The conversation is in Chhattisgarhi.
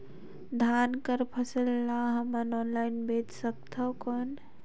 धान कर फसल ल हमन ऑनलाइन बेच सकथन कौन?